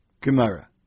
Gemara